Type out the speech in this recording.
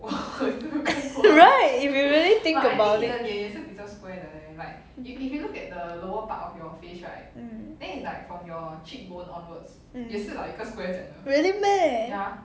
right if you really think about it mm mm really meh